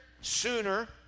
sooner